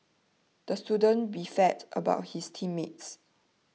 the student beefed about his team mates